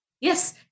Yes